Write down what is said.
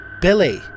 Billy